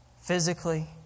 physically